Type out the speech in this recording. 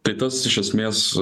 tai tas iš esmės